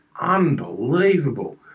unbelievable